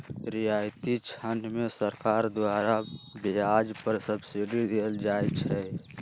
रियायती ऋण में सरकार द्वारा ब्याज पर सब्सिडी देल जाइ छइ